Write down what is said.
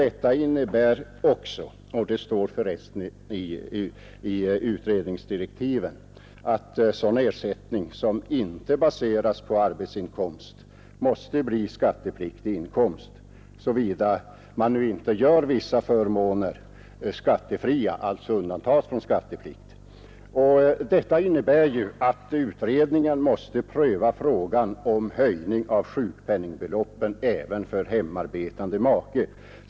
Detta innebär också — och det står för övrigt angivet i utredningens direktiv — att sådan ersättning som inte baseras på arbetsinkomst måste vara skattepliktig inkomst, om man inte undantar den förmånen från skatteplikt. Utredningen måste sålunda pröva frågan om en höjning av sjukpenningbeloppen även för hemmaarbetande make.